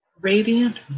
Radiant